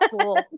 Cool